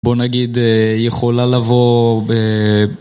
בוא נגיד יכולה לבוא ב